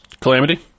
Calamity